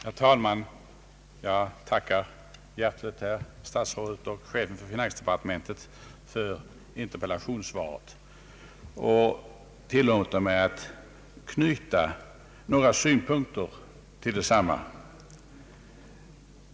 Herr talman! Jag tackar hjärtligt statsrådet och chefen för finansdepartementet för interpellationssvaret och tillåter mig att knyta några synpunkter till detsamma.